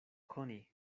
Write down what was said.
koni